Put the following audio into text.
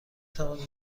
توانید